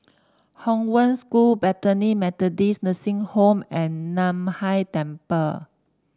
Hong Wen School Bethany Methodist Nursing Home and Nan Hai Temple